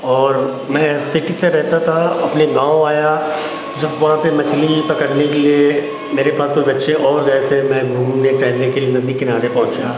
और मैं सिटी का रहता था अपने गाँव आया जब वहाँ पे मछली पकड़ने के लिए मेरे पास तो बच्चे और गए थे मैं घूमने टहलने के लिए मैं नदी क किनारे पहुंचा